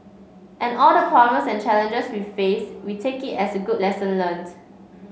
and all the problems and challenges we face we take it as a good lesson learnt